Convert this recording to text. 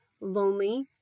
lonely